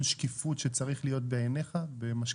שקיפות שצריך להיות בעיניך במשכנתא?